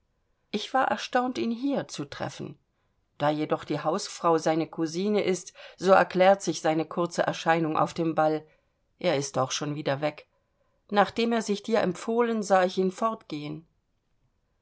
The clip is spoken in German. ich war erstaunt ihn hier zu treffen da jedoch die hausfrau seine kousine ist so erklärt sich seine kurze erscheinung auf dem ball er ist auch schon wieder weg nachdem er sich von dir empfohlen sah ich ihn fortgehen